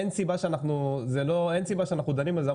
אין סיבה שאנחנו דנים על זה,